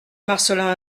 marcelin